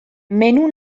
menu